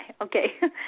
Okay